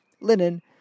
linen